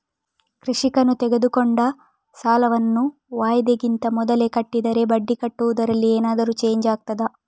ಕೃಷಿಕನು ತೆಗೆದುಕೊಂಡ ಸಾಲವನ್ನು ವಾಯಿದೆಗಿಂತ ಮೊದಲೇ ಕಟ್ಟಿದರೆ ಬಡ್ಡಿ ಕಟ್ಟುವುದರಲ್ಲಿ ಏನಾದರೂ ಚೇಂಜ್ ಆಗ್ತದಾ?